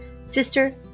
Sister